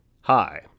Hi